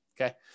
Okay